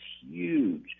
huge